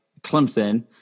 Clemson